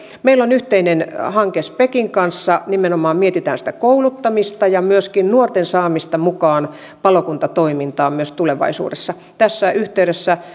meillä on yhteinen hanke spekin kanssa jossa nimenomaan mietitään sitä kouluttamista ja myöskin nuorten saamista mukaan palokuntatoimintaan myös tulevaisuudessa tässä yhteydessä